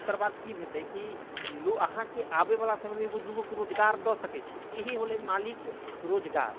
ओकर बाद कि हेतै कि लोग अहाँके आबैवला समयमे एगो दूगोके रोजगार दऽ सकै छी इएह होले मालिक रोजगार